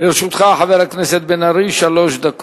חבר הכנסת בן-ארי, לרשותך